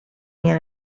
nie